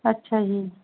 ਅੱਛਾ ਜੀ